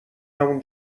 همون